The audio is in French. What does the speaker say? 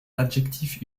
l’adjectif